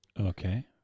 Okay